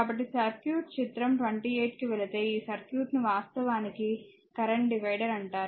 కాబట్టి సర్క్యూట్ చిత్రం 28 కి వెళితే ఈ సర్క్యూట్ను వాస్తవానికి కరెంట్ డివైడర్ అంటారు